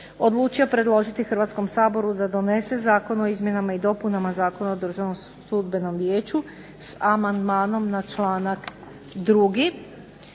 odlučio predložiti Hrvatskom saboru da donese Zakon o izmjenama i dopunama Zakona o Državnom sudbenom vijeću s amandmanom na članak 2.